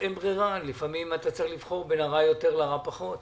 אין ברירה לפעמים אתה צריך לבחור בין הרע יותר לרע פחות,